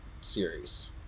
series